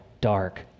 dark